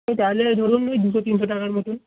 আপনি তাহলে ধরুন ওই দুশো তিনশো টাকার মতোন